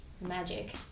magic